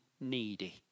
needy